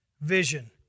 vision